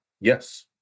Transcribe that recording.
Yes